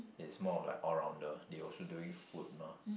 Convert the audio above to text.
i'ts more of like all rounder they also doing food mah